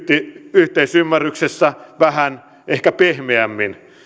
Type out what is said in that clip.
yhteisymmärryksessä ehkä vähän pehmeämmin